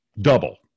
Double